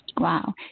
Wow